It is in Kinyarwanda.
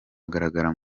agaragara